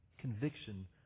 Conviction